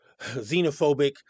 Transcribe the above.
xenophobic